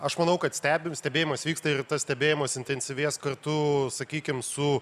aš manau kad stebim stebėjimas vyksta ir tas stebėjimas intensyvės kartu sakykim su